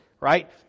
Right